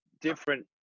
different